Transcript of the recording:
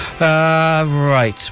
Right